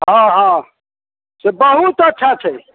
हँ हँ से बहुत अच्छा छै